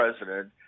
president